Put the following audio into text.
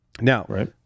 Now